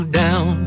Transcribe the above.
down